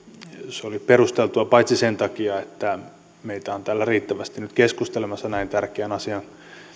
se oli perusteltua paitsi sen takia että meitä on täällä riittävästi nyt keskustelemassa näin tärkeän asian